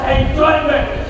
enjoyment